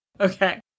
Okay